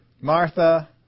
Martha